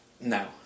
no